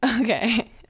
Okay